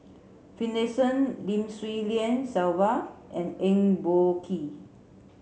Finlayson Lim Swee Lian Sylvia and Eng Boh Kee